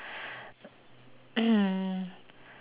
mm